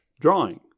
drawing